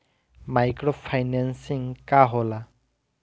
Micro financing का होला?